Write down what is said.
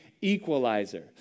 equalizer